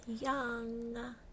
young